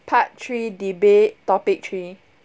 part three debate topic three